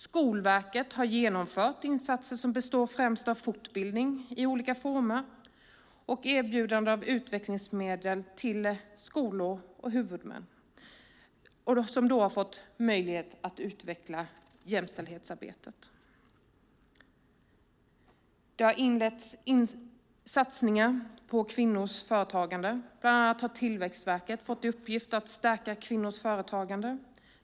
Skolverket har genomfört insatser som består främst av fortbildning i olika former och erbjudande av utvecklingsmedel till skolor och huvudmän som då har fått möjlighet att utveckla jämställdhetsarbetet. Det har inletts satsningar på kvinnors företagande. Bland annat har Tillväxtverket fått i uppgift att stärka kvinnors företagande.